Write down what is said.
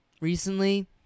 Recently